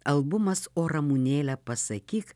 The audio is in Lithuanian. albumas o ramunėle pasakyk